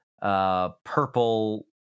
Purple